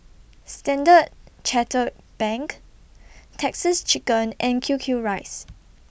Standard Chartered Bank Texas Chicken and Q Q Rice